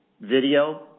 video